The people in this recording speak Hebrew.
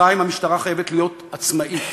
2. המשטרה חייבת להיות עצמאית.